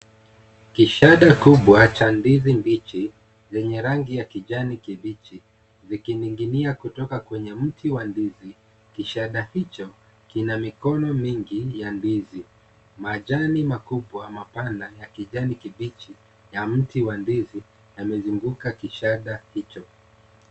Kishada kubwa cha ndizi mbichi zenye rangi ya kijani kibichi vikining'inia kutoka kwenye mti wa ndizi kishada hicho kina mikono mingi ya ndizi. Majani makubwa mapana ya kijani kibichi ya mti wa ndizi yamezunguka kishada hicho.